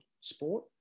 sport